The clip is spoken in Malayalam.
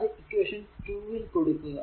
അത് ഇക്വേഷൻ 2 ൽ കൊടുക്കുക